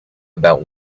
about